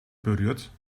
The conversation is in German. berührt